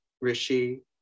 Rishi